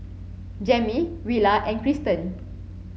Jammie Willa and Cristen